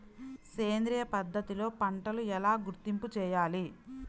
సేంద్రియ పద్ధతిలో పంటలు ఎలా గుర్తింపు చేయాలి?